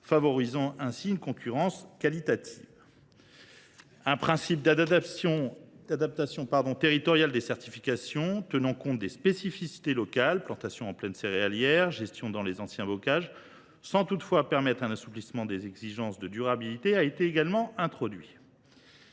favorisant ainsi une concurrence qualitative. Un principe d’adaptation territoriale des certifications tenant compte des spécificités locales – plantation en plaine céréalière et gestion dans les anciens bocages – a également été introduit, sans toutefois permettre un assouplissement des exigences de durabilité. Toutefois, je continue